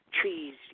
trees